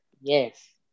yes